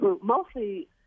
mostly